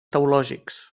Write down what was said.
teològics